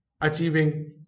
achieving